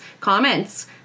comments